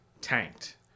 tanked